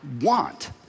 want